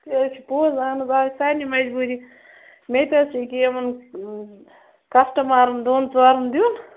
تہِ حظ چھُ پوٚز اَہن حظ اَز چھِ سارِنٕے مجبوٗری مےٚ تہِ حظ چھِ یہِ کہِ یِمن کسٹٕمَرن دۄن ژورن دیُن